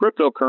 cryptocurrency